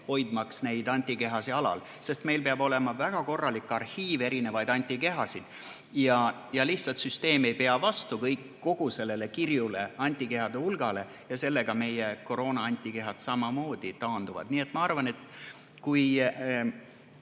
suuda neid antikehasid alal hoida. Meil peab olema väga korralik arhiiv erinevaid antikehasid ja lihtsalt süsteem ei pea vastu kogu sellele kirjule antikehade hulgale. Seepärast meie koroona-antikehad samamoodi taanduvad. Nii et ma arvan, et kui